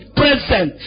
present